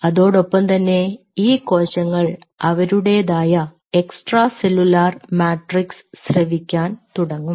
അതോടൊപ്പം തന്നെ ഈ കോശങ്ങൾ അവരുടേതായ എക്സ്ട്രാ സെല്ലുലാർ മാട്രിക്സ് സ്രവിക്കാൻ തുടങ്ങും